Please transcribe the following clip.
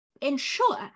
ensure